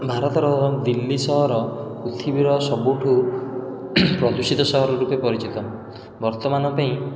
ଭାରତର ଦିଲ୍ଲୀ ସହର ପୃଥିବୀର ସବୁଠୁ ପ୍ରଦୂଷିତ ସହର ରୂପେ ପରିଚିତ ବର୍ତ୍ତମାନ ପାଇଁ